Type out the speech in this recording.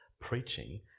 preaching